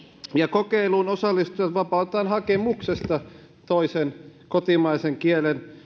kokeiluun osallistujat vapautetaan hakemuksesta toisen kotimaisen kielen